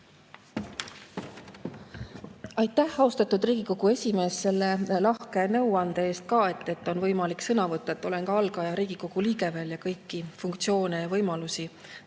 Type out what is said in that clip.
Aitäh, austatud Riigikogu esimees selle lahke nõuande eest ka, et on võimalik sõna võtta! Olen algaja Riigikogu liige veel, kõiki funktsioone ja võimalusi täpselt